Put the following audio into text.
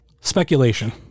Speculation